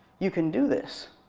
you can do this.